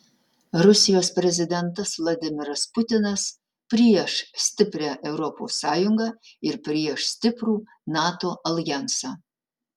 rusijos prezidentas vladimiras putinas prieš stiprią europos sąjungą ir prieš stiprų nato aljansą